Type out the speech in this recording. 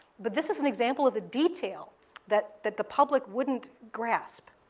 but this is an example of the detail that that the public wouldn't grasp,